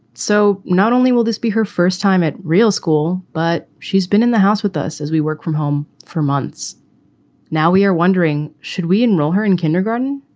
so not only will this be her first time at real school, but she's been in the house with us as we work from home for months now. we are wondering, should we enroll her in kindergarten?